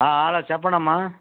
hello చెప్పండమ్మా